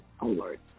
alert